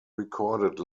recorded